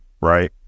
right